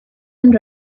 and